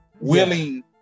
willing